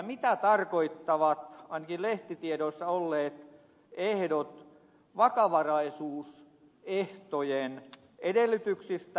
mitä tarkoittavat ainakin lehtitiedoissa olleet ehdot vakavaraisuusehtojen edellytyksistä